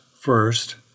first